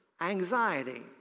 anxiety